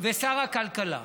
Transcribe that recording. ושר הכלכלה,